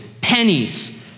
pennies